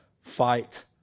fight